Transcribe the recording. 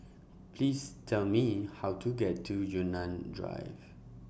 Please Tell Me How to get to Yunnan Drive